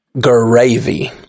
gravy